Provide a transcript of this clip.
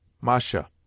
Masha